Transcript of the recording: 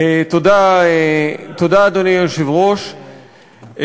אדוני היושב-ראש,